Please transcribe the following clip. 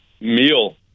meal